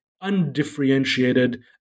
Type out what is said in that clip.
undifferentiated